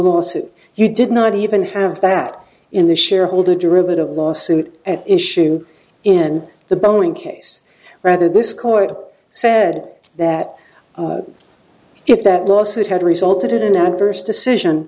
lawsuit you did not even have that in the shareholder derivative lawsuit at issue in the boeing case rather this court said that if that lawsuit had resulted in an adverse decision